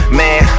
man